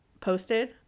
posted